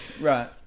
Right